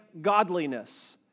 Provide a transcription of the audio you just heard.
godliness